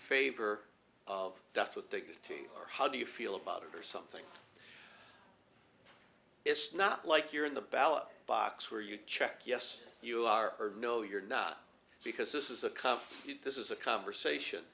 favor of death with dignity or how do you feel about it or something it's not like you're in the ballot box where you check yes you are no you're not because this is a come this is a conversation